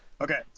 Okay